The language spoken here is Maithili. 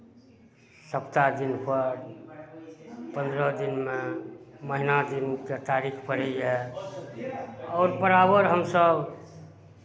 सप्ताह दिनपर पन्द्रह दिनमे महीना दिनके तारीख पड़ैए आओर बराबर हमसभ